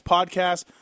Podcast